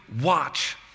watch